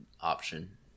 option